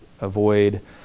avoid